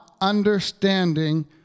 understanding